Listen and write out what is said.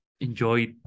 enjoy